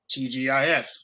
TGIF